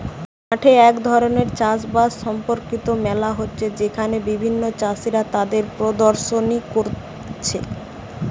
মাঠে এক ধরণের চাষ বাস সম্পর্কিত মেলা হচ্ছে যেখানে বিভিন্ন চাষীরা তাদের প্রদর্শনী কোরছে